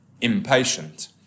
impatient